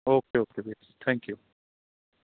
okay okay ji thank you